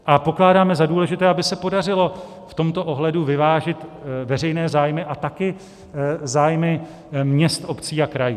A pokládáme za důležité, aby se podařilo v tomto ohledu vyvážit veřejné zájmy a také zájmy měst, obcí a krajů.